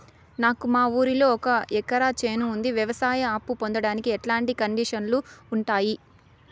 నాకు మా ఊరిలో ఒక ఎకరా చేను ఉంది, వ్యవసాయ అప్ఫు పొందడానికి ఎట్లాంటి కండిషన్లు ఉంటాయి?